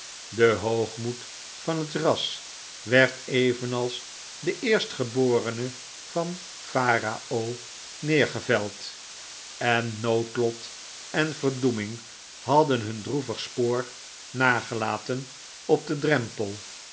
de hoogmoed van het ras werd evenals de eerstgeborene van pharao neergeveld en noodlot en verdoeming hadden hun droevig spoor nagelaten op den drempel